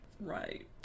Right